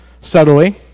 subtly